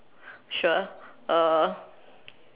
sure uh